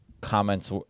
Comments